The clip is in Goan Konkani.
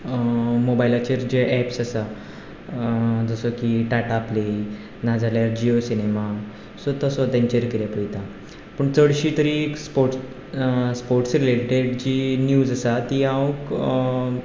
मोबायलाचेर जे अॅप्स आसा जसो की टाटा प्ले ना जाल्यार जीओ सिनेमा सो तसो तेंचेर कितें पयतां पूण चडशी तरी sports sports related Zee news आसा ती हांव